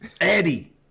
Eddie